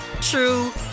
true